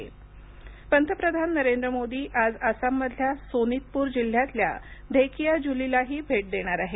मोदी आसाम पंतप्रधान नरेंद्र मोदी आज आसाममधल्या सोनितपूर जिल्ह्यातल्या धेकियाजुलीलाही भेट देणार आहेत